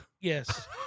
Yes